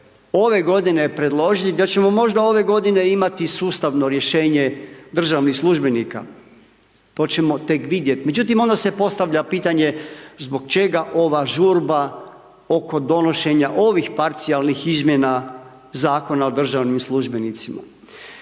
ove godine predložiti, da ćemo možda ove godine imati sustavno rješenje državnih službenika. To ćemo tek vidjet, međutim onda se postavlja pitanje zbog čega ova žurba oko donošenja ovih parcijalnih izmjena Zakona o državnim službenicima.